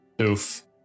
Oof